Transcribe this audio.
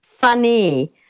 Funny